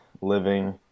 living